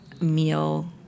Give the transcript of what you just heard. meal